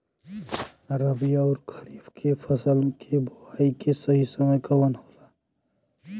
रबी अउर खरीफ के फसल के बोआई के सही समय कवन होला?